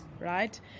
right